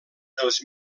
els